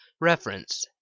Reference